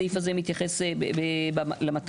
הסעיף הזה מתייחס למטרה,